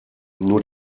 nur